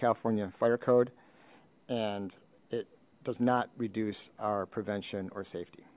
california fire code and it does not reduce our prevention or safety